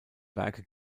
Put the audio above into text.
werke